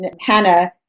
Hannah